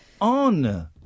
on